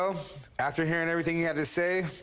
ah after hearing everything you had to say,